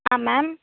ஆ ma'am